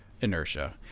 inertia